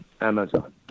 Amazon